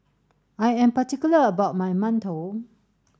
I am particular about my mantou